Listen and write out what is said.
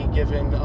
given